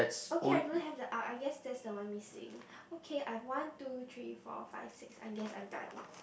okay I don't have the R I guess that's the one missing okay I have one two three four five six I guess I'm done